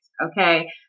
Okay